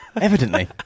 evidently